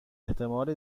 احتمال